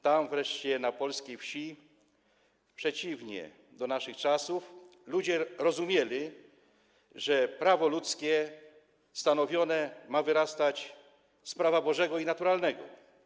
Tam wreszcie, na polskiej wsi inaczej niż w naszych czasach ludzie rozumieli, że prawo ludzkie, stanowione ma wyrastać z prawa Bożego i naturalnego.